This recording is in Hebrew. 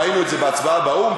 ראינו את זה בהצבעה באו"ם,